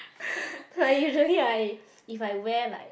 like usually I if I wear like